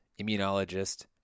immunologist